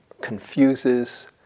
confuses